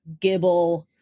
gibble